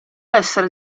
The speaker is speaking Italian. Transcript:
essere